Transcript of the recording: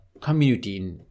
community